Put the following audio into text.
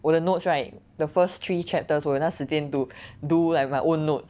我 the notes right the first three chapters 我有那时间 to do like my own notes